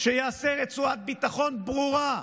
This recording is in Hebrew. שיעשה רצועת ביטחון ברורה,